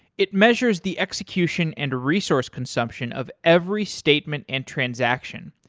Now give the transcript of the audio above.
it measures the execution and resource consumption of every statement and transaction,